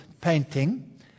painting